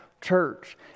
church